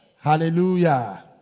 Hallelujah